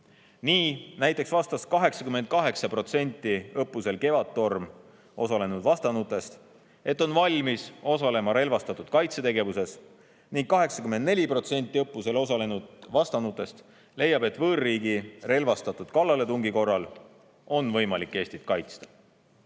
Näiteks kinnitas 88% õppusel Kevadtorm osalenud vastanutest, et nad on valmis osalema relvastatud kaitsetegevuses. 84% õppusel osalenud vastanutest leiab, et võõrriigi relvastatud kallaletungi korral on võimalik Eestit kaitsta.